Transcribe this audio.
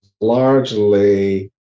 largely